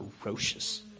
ferocious